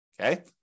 Okay